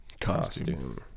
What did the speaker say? costume